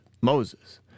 Moses